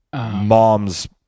Mom's